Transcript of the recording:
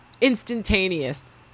instantaneous